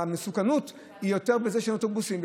המסוכנות היא יותר בזה שאין אוטובוסים.